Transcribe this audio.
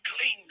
clean